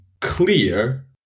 clear